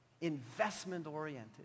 investment-oriented